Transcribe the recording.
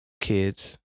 kids